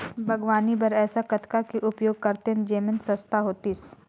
बागवानी बर ऐसा कतना के उपयोग करतेन जेमन सस्ता होतीस?